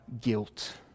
guilt